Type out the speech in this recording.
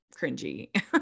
cringy